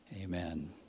Amen